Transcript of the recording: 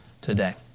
today